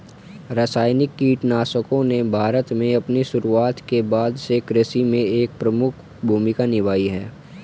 रासायनिक कीटनाशकों ने भारत में अपनी शुरुआत के बाद से कृषि में एक प्रमुख भूमिका निभाई है